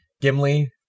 Gimli